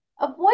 avoid